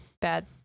bad